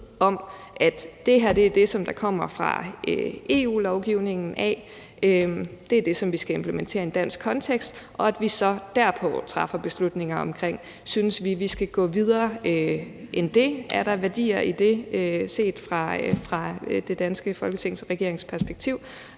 om, at det, som kommer som EU-lovgivning, er det, som vi skal implementere i en dansk kontekst, og at vi så derpå træffer beslutninger om, om vi synes, at vi skal gå videre end det; er der værdier i det set fra det danske Folketings og regeringens perspektiv,